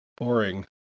boring